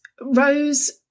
Rose